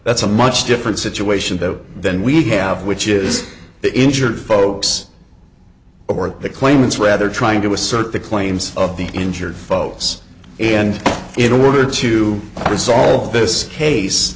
that's a much different situation that then we have which is the injured folks or the claimants rather trying to assert the claims of the injured folks and in order to resolve this case